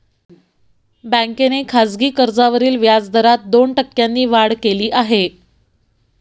बँकेने खासगी कर्जावरील व्याजदरात दोन टक्क्यांनी वाढ केली आहे